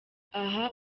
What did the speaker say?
aha